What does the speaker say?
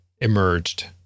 emerged